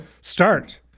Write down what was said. start